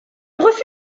refus